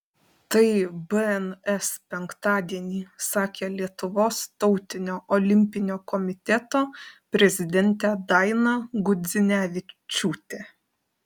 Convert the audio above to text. tai bns penktadienį sakė lietuvos tautinio olimpinio komiteto prezidentė daina gudzinevičiūtė